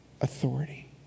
authority